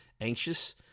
anxious